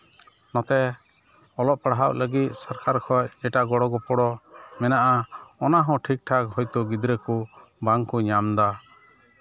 ᱱᱚᱛᱮ ᱚᱞᱚᱜ ᱯᱟᱲᱦᱟᱜ ᱞᱟᱹᱜᱤᱫ ᱥᱚᱨᱠᱟᱨ ᱠᱷᱚᱡ ᱮᱴᱟᱜ ᱜᱚᱲᱚ ᱜᱚᱯᱲᱚ ᱢᱮᱱᱟᱜᱼᱟ ᱚᱱᱟᱦᱚᱸ ᱴᱷᱤᱠ ᱴᱷᱟᱠ ᱦᱚᱭᱛᱳ ᱜᱤᱫᱽᱨᱟᱹ ᱠᱚ ᱵᱟᱝᱠᱚ ᱧᱟᱢᱫᱟ